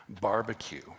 barbecue